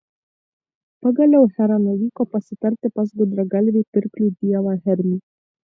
pagaliau hera nuvyko pasitarti pas gudragalvį pirklių dievą hermį